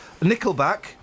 Nickelback